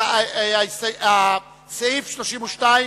סעיף 32,